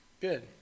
Good